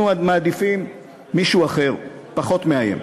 אנחנו מעדיפים מישהו אחר, פחות מאיים.